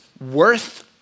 worth